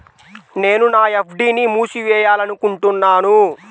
నేను నా ఎఫ్.డీ ని మూసివేయాలనుకుంటున్నాను